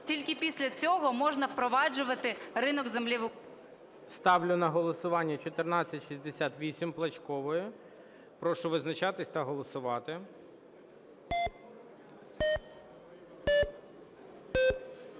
тільки після цього можна впроваджувати ринок землі в... ГОЛОВУЮЧИЙ. Ставлю на голосування 1468 Плачкової. Прошу визначатись та голосувати.